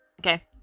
Okay